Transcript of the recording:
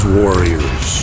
warriors